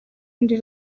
rundi